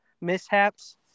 mishaps